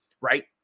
right